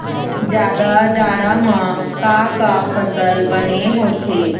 जादा जाड़ा म का का फसल बने होथे?